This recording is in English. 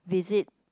visit